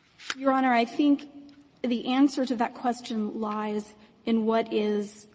your honor, i think the answer to that question lies in what is,